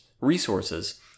Resources